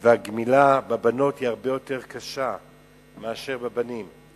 והגמילה בבנות היא הרבה יותר קשה מאשר בבנים.